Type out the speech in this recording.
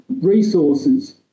resources